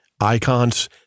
icons